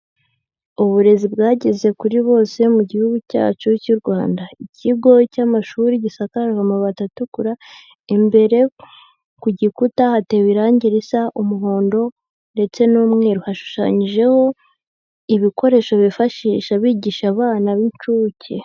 Uburezi bwageze kuri bose mu gihugu cyacu cy'u Rwanda. Ikigo cy'amashuri gisakaje amabati atukura. Imbere ku gikuta hatewe irangi risa umuhondo ndetse n'umweru. Hashushanyijeho ibikoresho bifashisha bigisha abana b'inshuke.